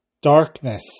darkness